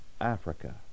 Africa